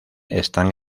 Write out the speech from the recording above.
están